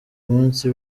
munsi